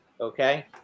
okay